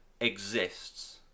Exists